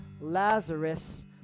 Lazarus